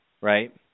right